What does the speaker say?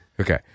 Okay